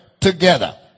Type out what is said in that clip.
together